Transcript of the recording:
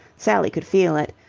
sally could feel it.